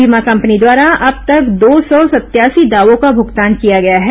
बीमा कंपनी द्वारा अब तक दो सौ सत्यासी दावों का भुगतान किया गया है